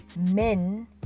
Men